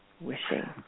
wishing